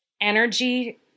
energy